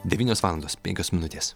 devynios valandos penkios minutės